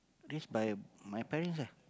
raise by my parents ah